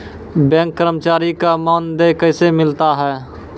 Bank कर्मचारी का मानदेय कैसे मिलता हैं?